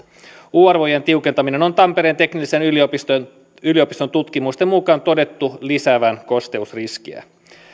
u arvojen tiukentamisen on tampereen teknillisen yliopiston yliopiston tutkimusten mukaan todettu lisäävän kosteusriskejä